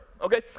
Okay